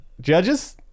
judges